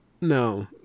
no